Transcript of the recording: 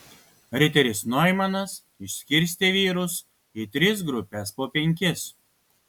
riteris noimanas išskirstė vyrus į tris grupes po penkis